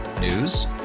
News